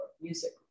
music